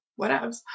whatevs